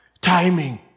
timing